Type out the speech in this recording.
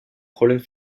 problèmes